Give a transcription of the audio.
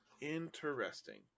Interesting